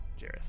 Jareth